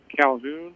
calhoun